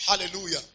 Hallelujah